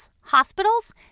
Hospitals